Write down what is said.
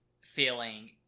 feeling